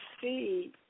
see